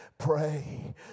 pray